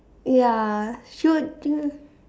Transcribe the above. ya should you